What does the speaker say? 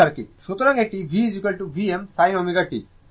সুতরাং এটি V Vm sin ω t